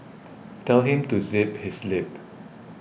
tell him to zip his lip